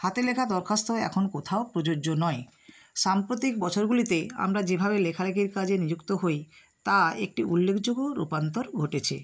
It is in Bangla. হাতের লেখা দরখাস্ত এখন কোথাও প্রযোজ্য নয় সাম্প্রতিক বছরগুলিতে আমারা যেভাবে লেখালেখির কাজে নিযুক্ত হই তা একটি উল্লেকযোগ্য রূপান্তর ঘটেছে